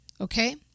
Okay